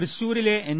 തൃശൂരിലെ എൻ